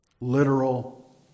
literal